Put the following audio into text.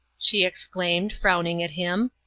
she exclaimed, frowning at him.